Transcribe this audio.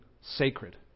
sacred